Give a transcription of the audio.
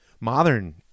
Modern